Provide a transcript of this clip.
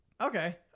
okay